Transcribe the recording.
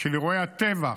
של אירועי הטבח,